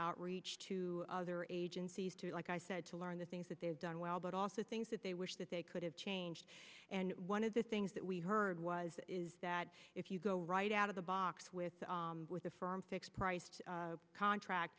outreach to agencies to like i said to learn the things that they're done well but also things that they wish that they could have changed and one of the things that we heard was that if you go right out of the box with with a firm fixed price contract